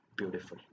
beautiful